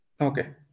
Okay